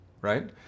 right